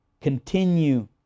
continue